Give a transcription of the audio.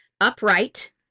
upright